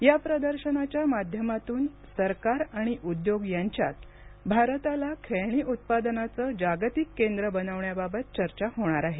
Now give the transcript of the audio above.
या प्रदर्शनाच्या माध्यमातून सरकार आणि उद्योग यांच्यात भारताला खेळणी उत्पादनाचं जागतिक केंद्र बनवण्याबाबत चर्चा होणार आहे